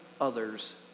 others